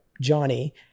johnny